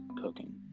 cooking